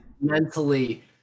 mentally